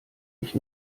ich